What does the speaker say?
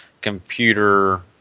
computer